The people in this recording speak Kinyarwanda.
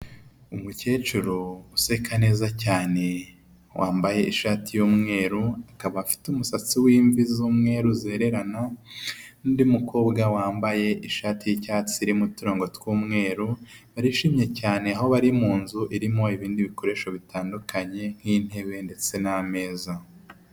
Umukecuru useka neza cyane wambaye ishati y 'yumweru akaba afite umusatsi w'imvi z'mweru zererana undi mukobwa wambaye ishati y'icyatsi irimo uturongo tw'umweru barishimye cyane aho bari mu nzu irimo ibindi bikoresho bitandukanye nk'intebe ndetse n'ameza .